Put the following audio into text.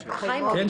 קודם,